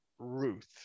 ruth